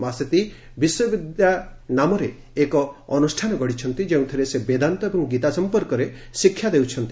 ମାସେଟି ବିଶ୍ୱବିଦ୍ୟା ନାମରେ ଏକ ଅନୁଷ୍ଠାନ ଗଢ଼ିଛନ୍ତି ଯେଉଁଥିରେ ସେ ବେଦାନ୍ତ ଏବଂ ଗୀତା ସମ୍ପର୍କରେ ଶିକ୍ଷା ଦେଉଛନ୍ତି